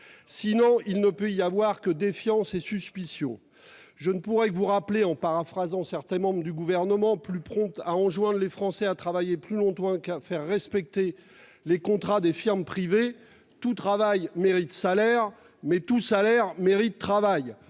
Sinon, il ne peut y avoir que défiance et suspicion. Je ne pourrai que vous le rappeler, en paraphrasant certains membres du Gouvernement plus prompts à enjoindre aux Français de travailler plus longtemps qu'à faire respecter les contrats des firmes privées : si tout travail mérite salaire, tout salaire mérite travail